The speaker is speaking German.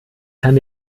kann